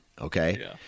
Okay